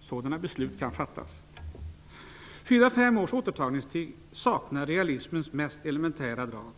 Sådana beslut kan fattas. Ett förslag om en återtagningstid på fyra--fem år saknar realismens mest elementära drag.